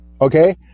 Okay